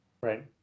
Right